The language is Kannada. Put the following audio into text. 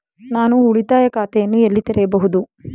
ನಾನು ಉಳಿತಾಯ ಖಾತೆಯನ್ನು ಎಲ್ಲಿ ತೆರೆಯಬಹುದು?